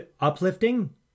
uplifting